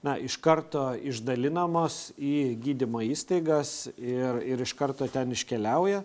ne iš karto išdalinamos į gydymo įstaigas ir ir iš karto ten iškeliauja